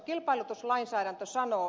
kilpailutuslainsäädäntö sanoo